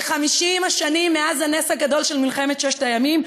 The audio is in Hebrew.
ב-50 השנים מאז הנס הגדול של מלחמת ששת הימים,